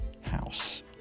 house